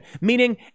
meaning